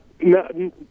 No